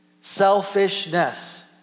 Selfishness